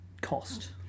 cost